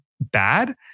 bad